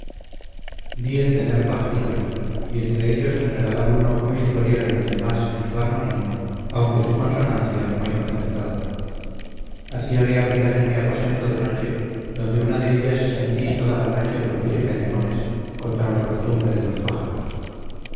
en tener pajarillos y entre ellos en regalar a uno muy superior a los demás en su armonía aunque su consonancia muy concertada hacíale abrigar en mi aposento de noche donde una de ellas sentí toda la noche crujir cañamones contra la costumbre de los pájaros